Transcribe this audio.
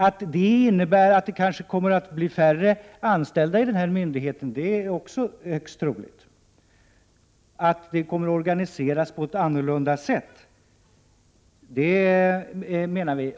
Att detta innebär att det kommer att bli färre anställda i denna myndighet är också högst troligt, liksom att den kommer att organiseras på ett annorlunda sätt.